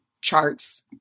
charts